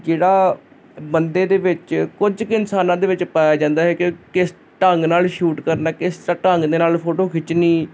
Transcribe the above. ਜਿਹੜਾ ਬੰਦੇ ਦੇ ਵਿੱਚ ਕੁਝ ਕੁ ਇਨਸਾਨਾਂ ਦੇ ਵਿੱਚ ਪਾਇਆ ਜਾਂਦਾ ਹੈਗਾ ਕਿਸ ਢੰਗ ਨਾਲ ਸ਼ੂਟ ਕਰਨਾ ਕਿਸ ਸਾ ਢੰਗ ਦੇ ਨਾਲ ਫੋਟੋ ਖਿੱਚਣੀ